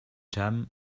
jam